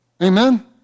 Amen